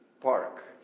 Park